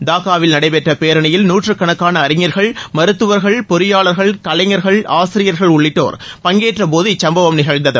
டாக்காவில் நடைபெற்ற பேரணியில் நூற்றுக்கணக்கான அறிஞர்கள் மருத்துவர்கள் பொறியாளர்கள் கலைஞர்கள் ஆசிரியர்கள் உள்ளிட்டோர் பங்கேற்றபோது இச்சம்பவம் நிகழ்ந்தது